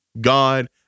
God